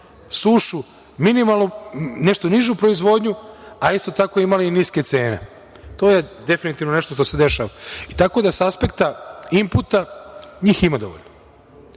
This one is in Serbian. sušu, nešto nižu proizvodnju, a isto tako imali i niske cene. To je definitivno nešto što se dešava. Tako da sa aspekta inputa njih ima dovoljno. Želeo